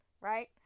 Right